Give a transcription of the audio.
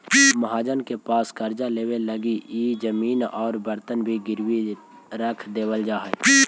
महाजन के पास कर्जा लेवे लगी इ जमीन औउर बर्तन भी गिरवी रख देवल जा हलई